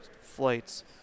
flights